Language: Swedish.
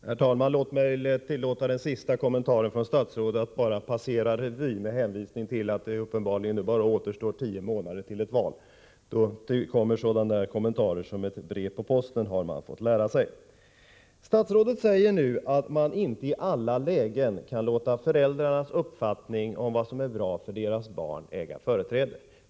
Herr talman! Jag låter den sista kommentaren från statsrådet bara passera revy, med hänvisning till att det nu återstår bara tio månader till nästa val. Man har fått lära sig att i ett sådant läge kommer sådana kommentarer som ett brev på posten. Statsrådet säger nu att man inte i alla lägen kan låta föräldrarnas uppfattning om vad som är bra för deras barn äga företräde.